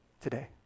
today